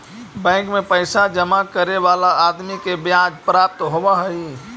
bank में पैसा जमा करे वाला आदमी के ब्याज प्राप्त होवऽ हई